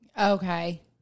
Okay